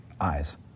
eyes